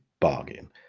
bargain